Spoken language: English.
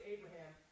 Abraham